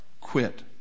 quit